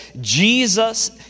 jesus